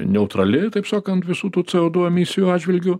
neutrali taip sakant visų tų co du emisijų atžvilgiu